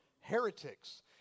heretics